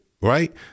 Right